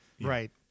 Right